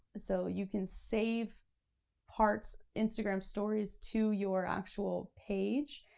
so you can save parts, instagram stories to your actual page,